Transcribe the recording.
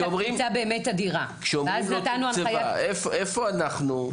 הייתה קפיצה באמת אדירה ואז נתנו הנחיה ---- איפה אנחנו?